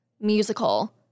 musical